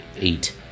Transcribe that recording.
eight